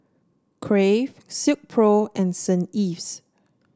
Crave Silkpro and Saint Ives